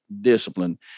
discipline